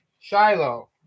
Shiloh